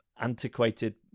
antiquated